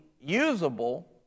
usable